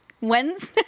Wednesday